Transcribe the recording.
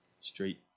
street